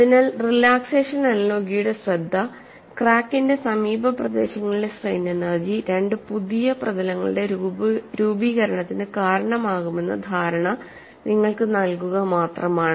അതിനാൽ റിലാക്സേഷൻ അനലോഗിയുടെ ശ്രദ്ധ ക്രാക്കിന്റെ സമീപപ്രദേശങ്ങളിലെ സ്ട്രെയിൻ എനെർജി രണ്ട് പുതിയ പ്രതലങ്ങളുടെ രൂപീകരണത്തിന് കാരണമാകുമെന്ന ധാരണ നിങ്ങൾക്ക് നൽകുക മാത്രമാണ്